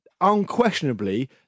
Unquestionably